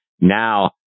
now